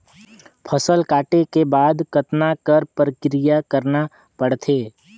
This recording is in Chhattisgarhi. फसल काटे के बाद कतना क प्रक्रिया करना पड़थे?